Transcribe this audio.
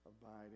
abiding